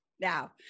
Now